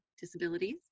disabilities